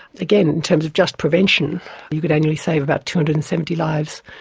again in terms of just prevention you could annually save about two hundred and seventy lives,